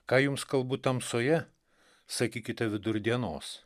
ką jums kalbu tamsoje sakykite vidur dienos